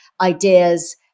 ideas